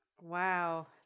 Wow